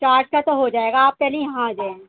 charge کا تو ہو جائے گا آپ پہلے یہاں آ جائیں